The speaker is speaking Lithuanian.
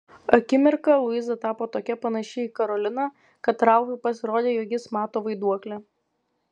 akimirką luiza tapo tokia panaši į karoliną kad ralfui pasirodė jog jis mato vaiduoklį